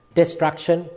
destruction